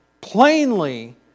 plainly